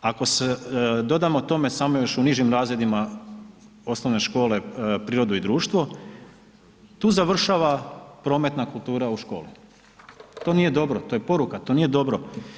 Ako dodamo tome samo još u nižim razredima osnovne škole prirodu i društvo, tu završava prometna kultura u školi, to nije dobro, to je poruka, to nije dobro.